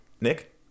Nick